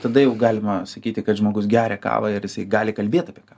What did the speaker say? tada jau galima sakyti kad žmogus geria kavą ir jisai gali kalbėt apie kavą